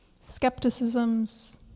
skepticisms